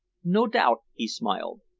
no doubt, he smiled.